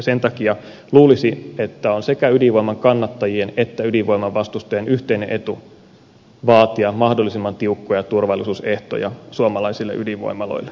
sen takia luulisi että on sekä ydinvoiman kannattajien että ydinvoiman vastustajien yhteinen etu vaatia mahdollisimman tiukkoja turvallisuusehtoja suomalaisille ydinvoimaloille